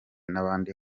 n’ahandi